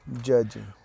judging